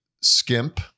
skimp